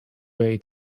way